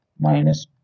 minus